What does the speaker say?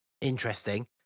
interesting